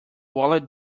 walled